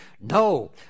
No